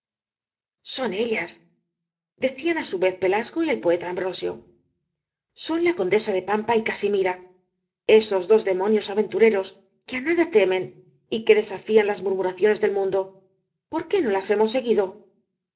son ellas decían á su vez pelasgo y el poeta ambrosio son la condesa pampa y casimira esos dos demonios aventureros que á nada temen y que desafían las murmuraciones del mundo por qué no las hemos seguido es